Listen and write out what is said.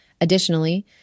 Additionally